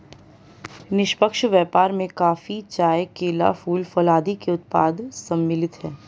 निष्पक्ष व्यापार में कॉफी, चाय, केला, फूल, फल आदि के उत्पाद सम्मिलित हैं